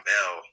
Bell